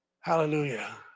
Hallelujah